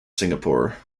singapore